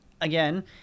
again